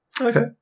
Okay